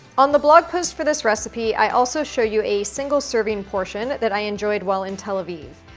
on the blog post for this recipe, i also show you a single serving portion that i enjoyed, while in tel aviv.